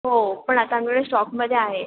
हो पण आता आमच्याकडे स्टॉकमध्ये आहे